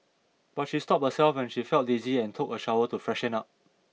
but she stopped herself when she felt dizzy and took a shower to freshen up